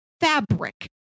fabric